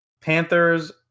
Panthers